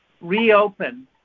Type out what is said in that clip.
reopen